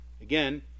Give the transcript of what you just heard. Again